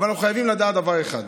אבל אנחנו חייבים לדעת דבר אחד: